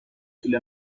طول